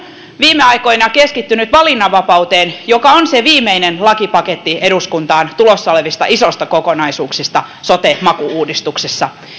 viime aikoina keskittynyt valinnanvapauteen joka on se viimeinen lakipaketti eduskuntaan tulossa olevista isoista kokonaisuuksista sote maku uudistuksessa niin